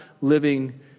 living